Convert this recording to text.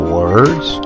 words